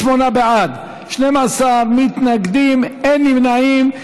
78 בעד, 12 מתנגדים, אין נמנעים.